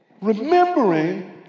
remembering